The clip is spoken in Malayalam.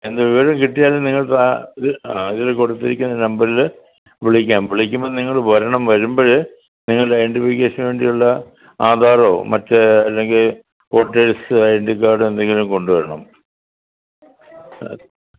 എന്ത് വിവരം കിട്ടിയാലും നിങ്ങൾക്ക് ആ ഇത് ഇതിൽ കൊടുത്തിരിക്കുന്ന നമ്പറിൽ വിളിക്കാം വിളിക്കുമ്പം നിങ്ങൾ വരണം വരുമ്പം നിങ്ങളുടെ ഐഡൻറിഫിക്കേഷന് വേണ്ടിയുള്ള ആധാറോ മറ്റ് അല്ലെങ്കിൽ വോട്ടേഴ്സ് ഐ ഡി കാർഡോ എന്തെങ്കിലും കൊണ്ടുവരണം അ